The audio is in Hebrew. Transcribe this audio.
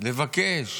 לבקש